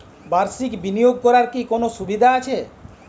বাষির্ক বিনিয়োগ করার কি কোনো সুবিধা আছে?